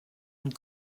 une